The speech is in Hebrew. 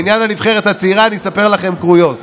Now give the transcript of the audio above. בעניין הנבחרת הצעירה אני אספר לכם קוריוז.